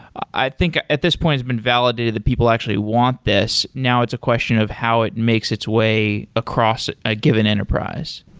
i think at this point it's been validated that people actually want this. now, it's a question of how it makes its way across a given enterprise?